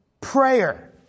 prayer